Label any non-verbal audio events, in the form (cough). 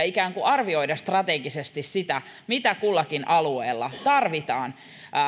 (unintelligible) ikään kuin arvioida strategisesti sitä mitä kullakin alueella tarvitaan vaikkapa